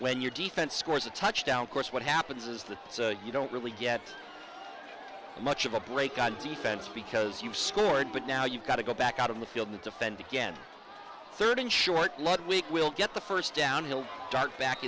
when your defense scores a touchdown course what happens is that you don't really get much of a break on the fence because you've scored but now you've got to go back out of the field and defend again thirteen short ludwick will get the first downhill dart back